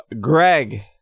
Greg